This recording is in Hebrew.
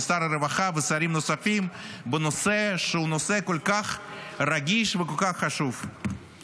שר הרווחה ושרים נוספים בנושא כל כך רגיש וכל כך חשוב.